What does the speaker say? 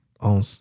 on